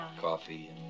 coffee